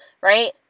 right